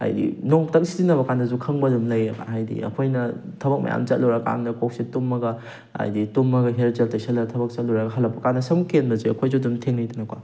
ꯍꯥꯏꯗꯤ ꯅꯣꯡꯃꯇ ꯁꯤꯖꯤꯟꯅꯕ ꯀꯥꯟꯗꯁꯨ ꯈꯪꯕ ꯑꯗꯨꯝ ꯂꯩꯌꯦꯕ ꯍꯥꯏꯗꯤ ꯑꯩꯈꯣꯏꯅ ꯊꯕꯛ ꯃꯌꯥꯝ ꯆꯠꯂꯨꯔꯥ ꯀꯥꯟꯗ ꯀꯣꯛꯁꯦ ꯇꯨꯝꯃꯒ ꯍꯥꯏꯗꯤ ꯇꯨꯝꯃꯒ ꯍꯦꯌꯔ ꯖꯦꯜ ꯇꯩꯁꯜꯂꯒ ꯊꯕꯛ ꯆꯠꯂꯨꯔꯥ ꯍꯜꯂꯛꯄ ꯀꯥꯟꯗ ꯁꯝ ꯀꯦꯟꯕꯁꯦ ꯑꯈꯣꯏꯁꯨ ꯑꯗꯨꯝ ꯊꯦꯡꯅꯩꯗꯅꯀꯣ